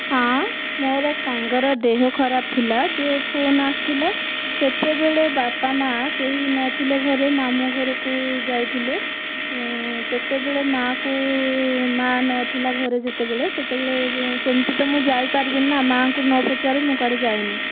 ହଁ ମୋର ସାଙ୍ଗର ଦେହ ଖରାପ ଥିଲା ଯେ ଫୋନ୍ ଆସିଥିଲା ସେତେବେଳେ ବାପା ମା' କେହି ନଥିଲେ ଘରେ ମାମୁଁ ଘରକୁ ଯାଇଥିଲେ ସେତେବେଳେ ମା'କୁ ମା' ନଥିଲା ଘରେ ଯେତେବେଳେ ସେତେବେଳେ ସେମିତି ତ ମୁଁ ଯାଇପାରିବିନି ନା ମା'ଙ୍କୁ ନ ପଚାରି ମୁଁ କୁଆଡ଼େ ଯାଏନି